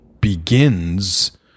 begins